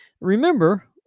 remember